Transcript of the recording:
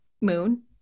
Moon